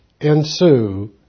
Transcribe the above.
ensue